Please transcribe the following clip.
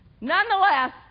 Nonetheless